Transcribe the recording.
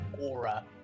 Aura